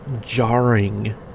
Jarring